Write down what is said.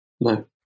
No